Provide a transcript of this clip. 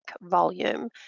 volume